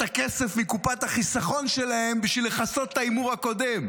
הכסף מקופת החיסכון שלהם בשביל לכסות את ההימור הקודם.